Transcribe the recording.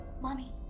Mommy